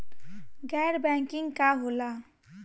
गैर बैंकिंग का होला?